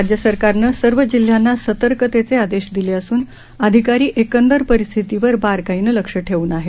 राज्यसरकारनं सर्व जिल्ह्यांना सर्तकतेचे आदेश दिले असून अधिकारी एकदंर परिस्थितीवर बारकाईनं लक्ष ठेवून आहे